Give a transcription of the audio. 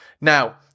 Now